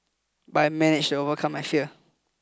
but I managed to overcome my fear